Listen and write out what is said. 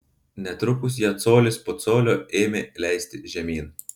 netrukus ją colis po colio ėmė leisti žemyn